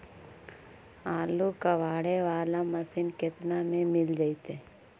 आलू कबाड़े बाला मशीन केतना में मिल जइतै?